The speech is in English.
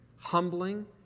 humbling